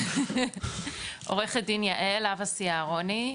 עורכת דין יעל אבסי-אהרוני,